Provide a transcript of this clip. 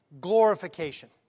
glorification